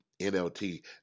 NLT